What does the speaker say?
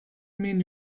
mean